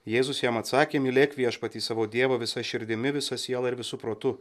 jėzus jam atsakė mylėk viešpatį savo dievą visa širdimi visa siela ir visu protu